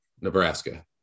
nebraska